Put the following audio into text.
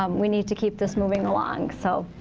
um we need to keep this moving along. so,